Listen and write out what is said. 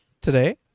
today